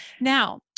Now